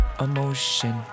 emotion